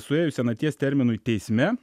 suėjus senaties terminui teisme